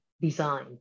design